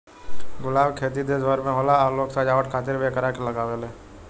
गुलाब के खेती देश भर में होला आ लोग सजावट खातिर भी एकरा के लागावेले